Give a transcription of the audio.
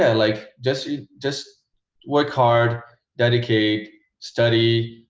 yeah like just just work hard dedicate study